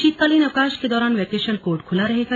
शीतकालीन अवकाश के दौरान वैकेशन कोर्ट खुला रहेगा